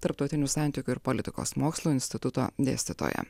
tarptautinių santykių ir politikos mokslų instituto dėstytoja